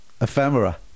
ephemera